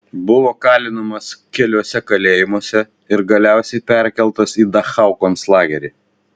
buvo kalinamas keliuose kalėjimuose ir galiausiai perkeltas į dachau konclagerį